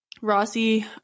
Rossi